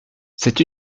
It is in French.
c’est